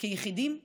כיחידים וכחברה,